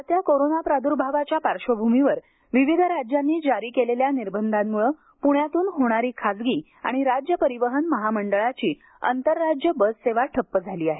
वाढत्या कोरोना प्राद्भावाच्या पार्श्वभूमीवर विविध राज्यांनी जारी केलेल्या निर्बंधांमुळं प्ण्यातून होणारी खासगी आणि राज्य परिवहन महामंडळाची आंतरराज्य बस सेवा ठप्प झाली आहे